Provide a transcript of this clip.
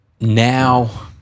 Now